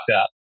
up